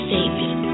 Savior